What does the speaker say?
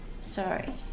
Sorry